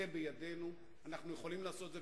זה בידינו, ואנחנו יכולים לעשות את זה.